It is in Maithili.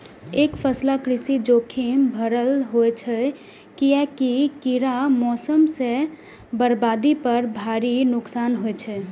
एकफसला कृषि जोखिम भरल होइ छै, कियैकि कीड़ा, मौसम सं बर्बादी पर भारी नुकसान होइ छै